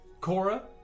Cora